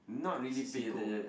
he's a sicko